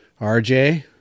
RJ